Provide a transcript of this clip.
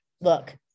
look